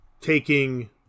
taking